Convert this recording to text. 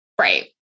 Right